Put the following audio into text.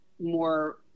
more